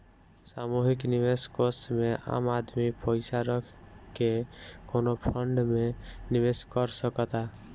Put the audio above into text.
सामूहिक निवेश कोष में आम आदमी पइसा रख के कवनो फंड में निवेश कर सकता